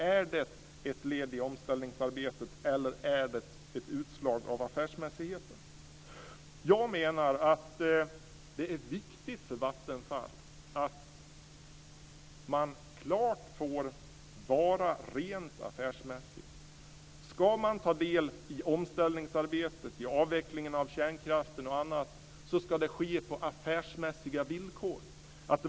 Är det ett led i omställningsarbetet eller är det ett utslag av affärsmässighet? Jag menar att det är viktigt för Vattenfall att man får vara rent affärsmässigt. Om man ska ta del i omställningsarbetet, i avvecklingen av kärnkraften och annat, ska det ske på affärsmässiga villkor.